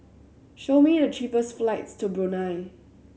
show me the cheapest flights to Brunei